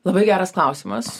labai geras klausimas